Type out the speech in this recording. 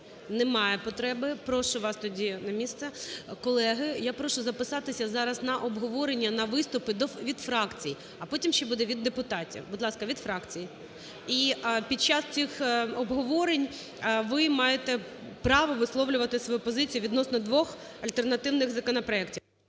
Немає потреби. Прошу вас тоді на місце. Колеги, я прошу записатися зараз на обговорення, на виступи від фракцій, а потім ще буде від депутатів, будь ласка, від фракцій. І під час цих обговорень ви маєте право висловлювати свою позицію відносно двох альтернативних законопроектів.